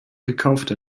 gekaufte